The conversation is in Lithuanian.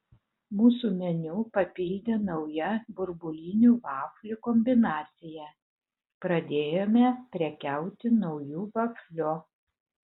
mūsų meniu papildė nauja burbulinių vaflių kombinacija pradėjome prekiauti nauju vafliu